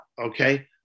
okay